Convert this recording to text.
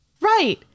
Right